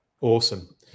Awesome